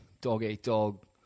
dog-eat-dog